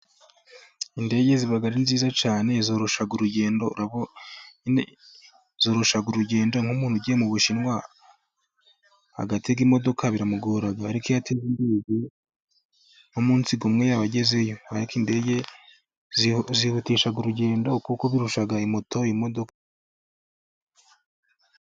Indege ziba ari nziza cyane zoroshya urugendo nk'umuntu ugiye mu bushinwa agatetega imodoka biramugora ariko yatega umunsi umwe yaba agezeyo indege zihutisha urugendo kuko birusha moto , imodoka.